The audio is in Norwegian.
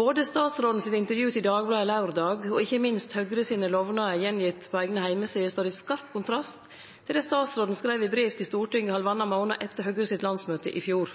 Både statsråden sitt intervju til Dagbladet laurdag og ikkje minst Høgre sine lovnader attgjevne på eigne heimesider står i skarp kontrast til det statsråden skreiv i brev til Stortinget halvannan månad etter Høgres landsmøte i fjor.